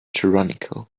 tyrannical